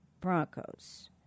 Broncos